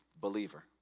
believer